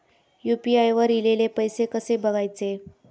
UPI वर ईलेले पैसे कसे बघायचे?